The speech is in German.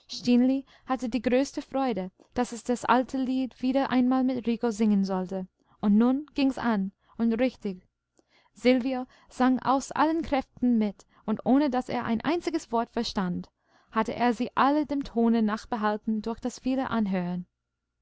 hatte die größte freude daß es das alte lied wieder einmal mit rico singen sollte und nun ging's an und richtig silvio sang aus allen kräften mit und ohne daß er ein einziges wort verstand hatte er sie alle dem tone nach behalten durch das viele anhören